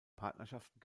partnerschaften